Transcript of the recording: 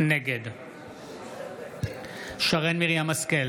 נגד שרן מרים השכל,